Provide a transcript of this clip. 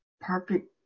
perfect